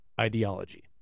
ideology